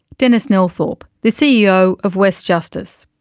denis nelthorpe, the ceo of west justice.